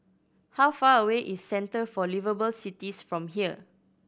how far away is Centre for Liveable Cities from here